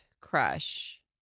crush